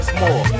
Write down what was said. more